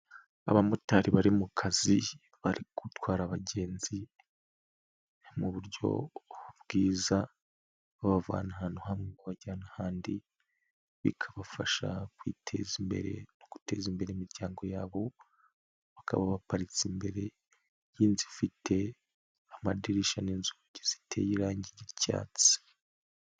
Abamotari bari mu kazi bari gutwara abagenzi mu buryo bwiza babavana ahantu hamwe bajyana ahandi, bikabafasha kwiteza imbere no guteza imbere imiryango yabo, bakaba baparitse imbere y'inzu ifite amadirishya n'inzugi ziteye irangi ry'icyatsi.